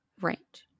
Right